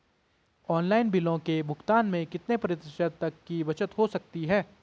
Online बिलों के भुगतान में कितने प्रतिशत तक की बचत हो सकती है?